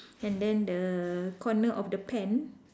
and then the corner of the pen